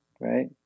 Right